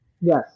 Yes